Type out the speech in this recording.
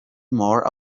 more